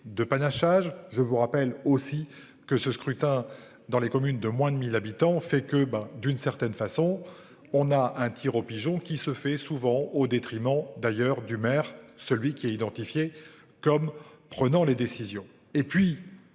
de panachage. Je vous rappelle aussi que ce scrutin dans les communes de moins de 1000 habitants fait que ben d'une certaine façon on a un Tir au pigeon qui se fait souvent au détriment d'ailleurs du maire celui qui est identifié comme prenant les décisions